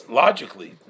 logically